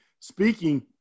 speaking